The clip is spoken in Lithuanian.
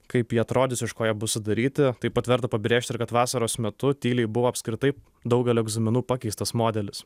kaip jie atrodys iš ko jie bus sudaryti taip pat verta pabrėžti ir kad vasaros metu tyliai buvo apskritai daugelio egzaminų pakeistas modelis